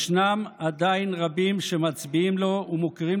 ישנם עדיין רבים שמצביעים לו ומכירים